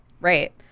Right